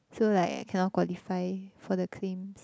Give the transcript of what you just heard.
so like I cannot qualify for the claims